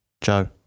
Joe